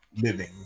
living